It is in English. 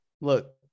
Look